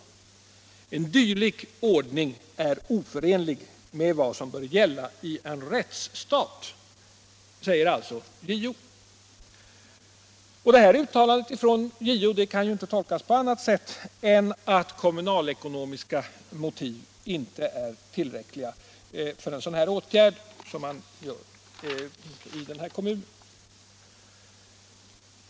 En dylik ordning är oförenlig med vad som bör gälla i en rättsstat.” Detta uttalande från JO kan inte tolkas på annat sätt än att kommunalekonomiska motiv inte är tillräckliga för en sådan åtgärd som byggnadsnämnden i Vaxholms kommun föreslår.